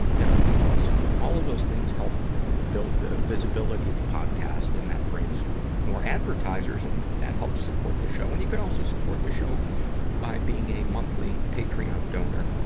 that would be awesome. all of those things help build the visibility of the podcast, and that brings more advertisers and that helps support the show. and you could also support the show by being a monthly patreon donor.